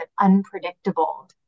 unpredictable